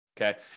okay